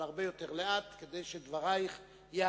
אז תשתדלי לדבר פחות אבל הרבה יותר לאט כדי שדבריך יהדהדו,